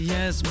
Yes